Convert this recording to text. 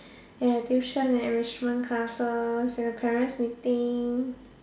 ya tuition and enrichment classes then the parents meeting